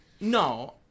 no